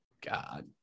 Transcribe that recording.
God